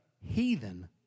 heathen